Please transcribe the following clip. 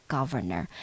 Governor